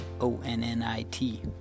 o-n-n-i-t